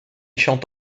chante